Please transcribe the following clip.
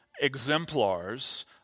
exemplars